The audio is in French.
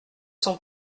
son